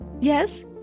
Yes